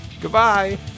Goodbye